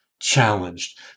challenged